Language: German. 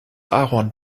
ahorn